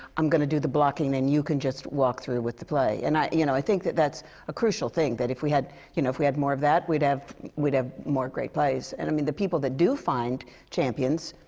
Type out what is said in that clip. i'm gonna do the blocking, and you can just walk through with the play. and i you know, i think that that's a crucial thing. that if we had you know, if we had more of that, we'd have we'd have more great plays. and i mean, the people that do find champions,